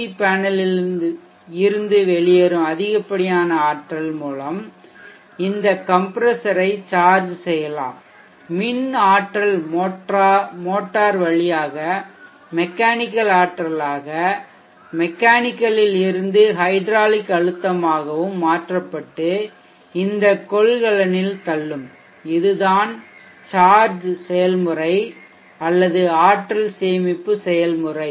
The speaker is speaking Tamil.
வி பேனலில் இருந்து வெளியேறும் அதிகப்படியான ஆற்றல் மூலம் இந்த கம்ப்ரஷர் ஐ சார்ஜ் செய்யலாம் மின் ஆற்றல் மோட்டார் வழியாக மெக்கானிக்கல் ஆற்றலாகமெக்கானிக்கலில் இருந்து ஹைட்ராலிக் அழுத்தமாகவும் மாற்றப்பட்டடு இந்த கொள்கலனில் தள்ளும் இது இதுதான் சார்ஜ் செயல்முறை அல்லது ஆற்றல் சேமிப்பு செயல்முறை